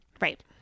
Right